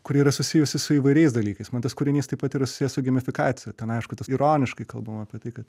kuri yra susijusi su įvairiais dalykais man tas kūrinys taip pat yra susijęs su gimistifikacija ten aišku tas ironiškai kalbama apie tai kad